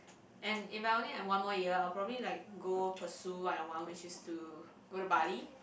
and if I only have one more year I will probably like go pursue what I want which is to go to bali